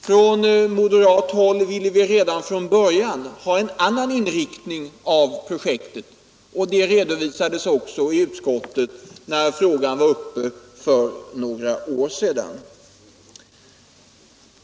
Från moderat håll ville vi redan från början ha en annan inriktning av projektet, och det redovisades också i utskottet när frågan var uppe där för några år sedan.